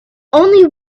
only